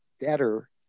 better